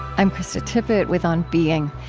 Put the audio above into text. i'm krista tippett with on being.